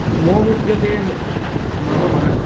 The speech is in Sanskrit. मोमुद्यते मम मनः